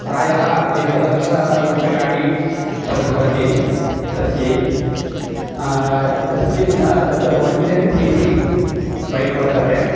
प्रायः एकलक्षरूप्यकाणि तद् भवति तस्यै तस्मिन् तत् one ten C C back वर्तते